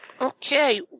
Okay